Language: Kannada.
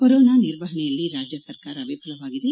ಕೊರೋನಾ ನಿರ್ವಹಣೆಯಲ್ಲಿ ರಾಜ್ಯ ಸರ್ಕಾರ ವಿಫಲವಾಗಿದೆ